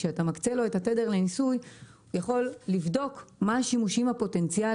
כשאתה מקצה לו את התדר לניסוי הוא יכול לבדוק מה השימושים הפוטנציאלים